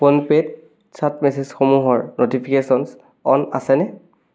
phone পে'ত chat মেছেজসমূহৰ notifications on আছেনে